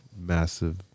massive